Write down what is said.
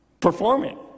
performing